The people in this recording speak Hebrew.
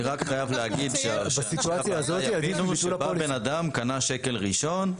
אני רק חייב להגיד שבשלב הזה יגידו שבא בן אדם קנה שקל ראשון,